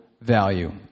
value